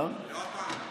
לא הפעם,